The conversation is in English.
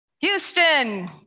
Houston